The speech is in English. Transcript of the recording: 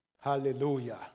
Hallelujah